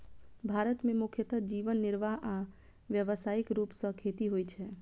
भारत मे मुख्यतः जीवन निर्वाह आ व्यावसायिक रूप सं खेती होइ छै